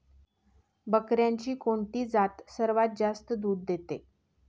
बकऱ्यांची कोणती जात सर्वात जास्त दूध देते?